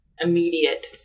immediate